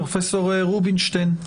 פרופ' רובינשטיין,